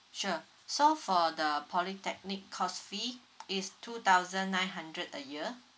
sure so for the polytechnic course fee it's two thousand nine hundred a year